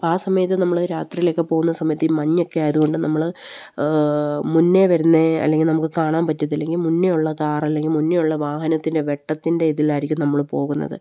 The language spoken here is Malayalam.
അപ്പം ആ സമയത്ത് നമ്മൾ രാത്രിയിലൊക്കെ പോകുന്ന സമയത്ത് ഈ മഞ്ഞൊക്കെ ആയതുകൊണ്ട് നമ്മൾ മുന്നേ വരുന്നത് അല്ലെങ്കിൽ നമുക്ക് കാണാൻ പറ്റത്തില്ലെങ്കിൽ മുന്നേ ഉള്ള താറ അല്ലെങ്കിൽ മുന്നേ ഉള്ള വാഹനത്തിൻ്റെ വെട്ടത്തിൻ്റെ ഇതിലായിരിക്കും നമ്മൾ പോകുന്നത്